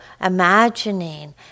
imagining